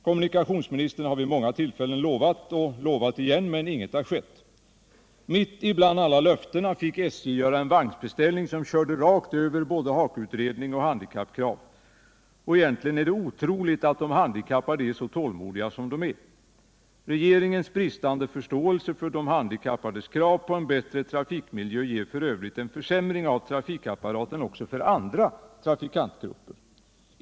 Kommunikationsministern har vid många tillfällen lovat och lovat igen, men inget har skett. Mitt i alla löftena fick SJ göra en vagnsbeställning som körde rakt över både HAKO-utredning och handikappkrav. Egentligen är det otroligt att de handikappade är så tål modiga som de är. Regeringens bristande förståelse för de handikappades krav på bättre trafikmiljö ger f.ö. en försämring av trafikapparaten också för andra trafikantgrupper.